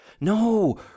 No